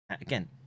again